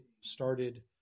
started